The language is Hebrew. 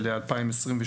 ל-2022,